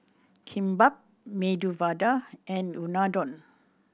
Kimbap Medu Vada and Unadon